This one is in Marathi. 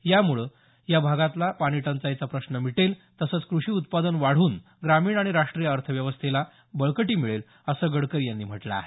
यामुळे या भागातला पाणीटंचाईचा प्रश्न मिटेल तसंच कृषी उत्पादन वाढून ग्रामीण आणि राष्ट्रीय अर्थव्यवस्थेला बळकटी मिळेल असं गडकरी यांनी म्हटलं आहे